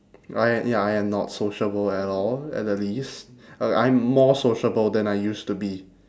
oh ya ya I am not sociable at all at the least uh I am more sociable than I used to be